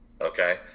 okay